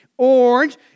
Orange